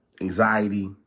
anxiety